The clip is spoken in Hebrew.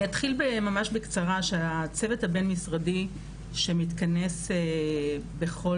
אני אתחיל ממש בקצרה שהצוות הבין-משרדי שמתכנס בכל